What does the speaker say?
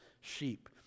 sheep